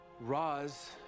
Roz